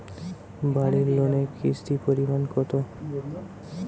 বাড়ি লোনে কিস্তির পরিমাণ কত?